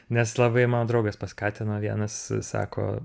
nes labai mano draugas paskatino vienas sako